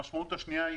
המשמעות השנייה היא,